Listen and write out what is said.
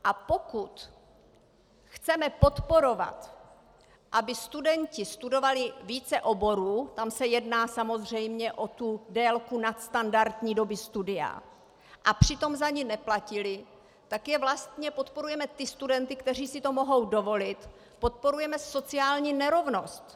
A pokud chceme podporovat, aby studenti studovali více oborů tam se jedná samozřejmě o tu délku nadstandardní doby studia a přitom za ně neplatili, tak jen vlastně podporujeme ty studenty, kteří si to mohou dovolit, podporujeme sociální nerovnost.